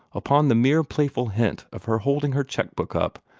upon the mere playful hint of her holding her check-book up,